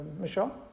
Michelle